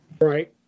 right